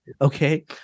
Okay